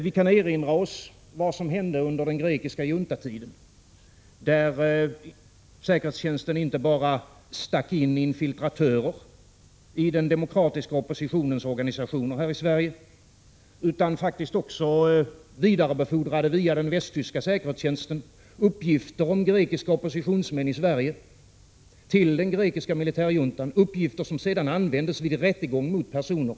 Vi kan erinra oss vad som hände under den grekiska juntatiden, då säkerhetstjänsten inte bara stack in infiltratörer i den demokratiska oppositionens organisationer här i Sverige utan faktiskt också, via den västtyska säkerhetstjänsten, vidarebe militärjuntan, uppgifter som sedan användes vid rättegång mot personer i — Prot. 1986/87:46 Aten.